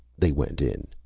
they went in.